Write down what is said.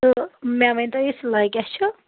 تہٕ مےٚ ؤنۍتو یہِ سِلأے کیٛاہ چھُ